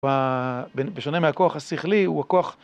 ב... בשונה מהכוח השכלי הוא הכוח...